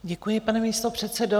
Děkuji, pane místopředsedo.